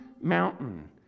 mountain